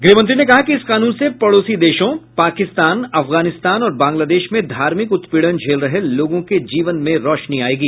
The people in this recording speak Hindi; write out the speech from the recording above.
गृहमंत्री ने कहा कि इस कानून से पड़ोसी देशों पाकिस्तान अफगानिस्तान और बांग्लादेश में धार्मिक उत्पीड़न झेल रहे लोगों के जीवन में रोशनी आयेगी